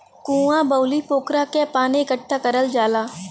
कुँआ, बाउली, पोखरा क पानी इकट्ठा करल जाला